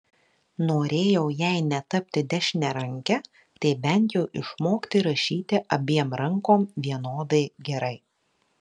norėjau jei ne tapti dešiniaranke tai bent jau išmokti rašyti abiem rankom vienodai gerai